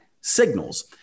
signals